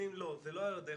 לא, זה לא על הדרך.